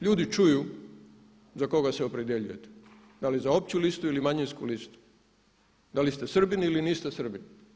Ljudi čuju za koga se opredjeljuju, da li za opću listu ili manjinsku listu, da li ste Srbin ili niste Srbin.